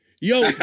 Yo